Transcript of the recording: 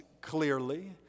clearly